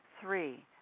Three